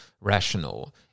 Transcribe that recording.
rational